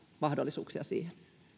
mahdollisuuksia siihen